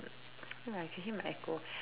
no lah I can hear my echo